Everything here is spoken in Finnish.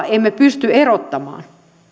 emme pysty erottamaan